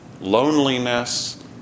loneliness